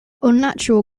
unnatural